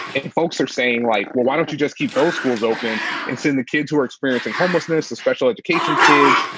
and folks are saying like, well, why don't you just keep those schools open and send the kids who are experiencing homelessness, the special education kids,